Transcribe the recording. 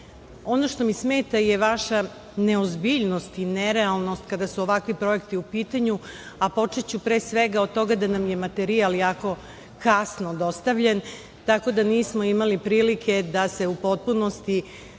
što mi smeta je vaša neozbiljnost i nerealnost kada su ovakvi projekti u pitanju, a počeću pre svega od toga da nam je materijal jako kasno dostavljen, tako da nismo imali prilike da se u potpunosti